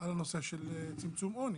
על הנושא של צמצום עוני.